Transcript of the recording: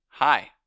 Hi